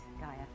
Gaia